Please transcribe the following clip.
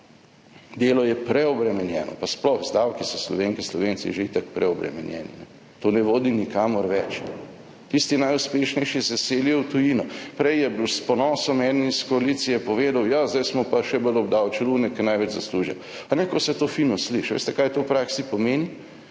Delo je preobremenjeno, pa sploh z davki so Slovenke in Slovenci že itak preobremenjeni. To ne vodi nikamor več. Tisti najuspešnejši se selijo v tujino. Prej je s ponosom nekdo iz koalicije povedal, ja, zdaj smo pa še bolj obdavčili tiste, ki največ zaslužijo. Kajne, kako se to fino sliši. Veste, kaj to v praksi pomeni?